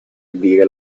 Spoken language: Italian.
dire